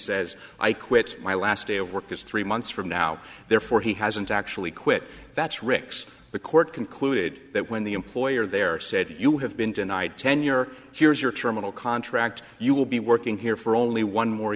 says i quit my last day of work is three months from now therefore he hasn't actually quit that's rick's the court concluded that when the employer there said you have been denied tenure here's your terminal contract you will be working here for only one more